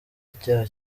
icyaha